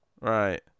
Right